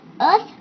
Earth